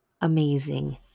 amazing